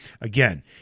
Again